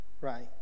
Right